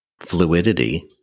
fluidity